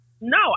No